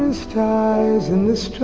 stars in this